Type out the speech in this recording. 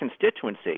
constituency